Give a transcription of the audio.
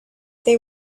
they